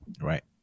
right